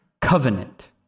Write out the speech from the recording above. covenant